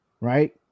right